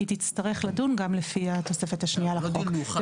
היא תצטרך לדון גם לפי התוספת השנייה לחוק.